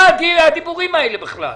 מה הדיבורים האלה בכלל?